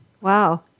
Wow